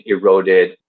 eroded